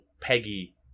Peggy